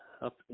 up